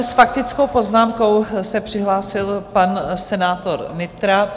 S faktickou poznámkou se přihlásil pan senátor Nytra.